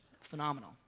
phenomenal